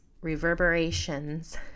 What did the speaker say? reverberations